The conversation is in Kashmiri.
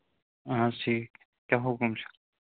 اَہَن حظ ٹھیٖک کیٛاہ حُکُم چھُ